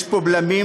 יש פה בלמים,